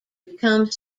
become